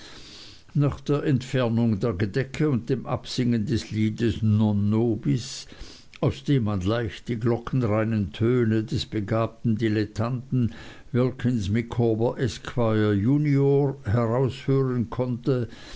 nach der entfernung der gedecke und dem absingen des liedes non nobis aus dem man leicht die glockenreinen töne des begabten dilettanten wilkins micawber esquire junior heraushören konnte